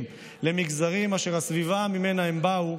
למגזרים אשר הסביבה שממנה הם באו,